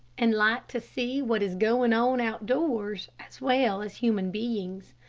and like to see what is going on out-doors as well as human beings.